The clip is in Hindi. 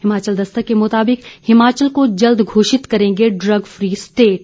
हिमाचल दस्तक के मुताबिक हिमाचल को जल्द घोषित करेंगे ड्रग फी स्टेट